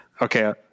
Okay